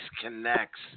connects